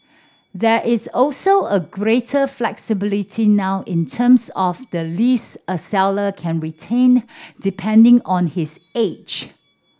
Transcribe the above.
there is also a greater flexibility now in terms of the lease a seller can retain depending on his age